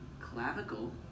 clavicle